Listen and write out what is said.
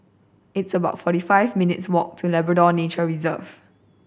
it's about forty five minutes' walk to Labrador Nature Reserve